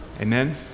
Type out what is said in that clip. Amen